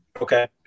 Okay